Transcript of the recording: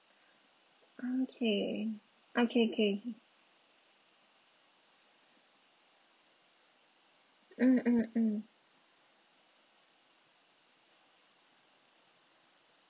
okay okay K mm mm mm